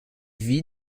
vit